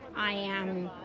i am,